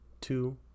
two